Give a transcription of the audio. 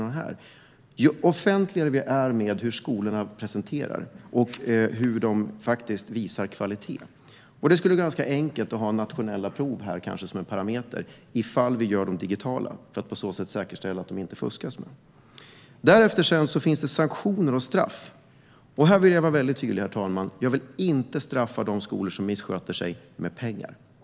Det handlar om ett offentligt system där skolorna presenteras och där det visas vad de har för kvalitet. Det skulle vara ganska enkelt att ha nationella prov som en parameter, om vi gör dem digitala och på så sätt säkerställer att det inte fuskas. Därefter finns det sanktioner och straff, och här vill jag vara väldigt tydlig, herr talman: Jag vill inte straffa de skolor som missköter sig genom att kräva dem på pengar.